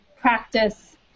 practice